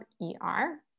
E-R